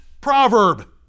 proverb